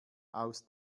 aus